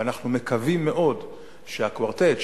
ואנחנו מקווים מאוד שהקוורטט,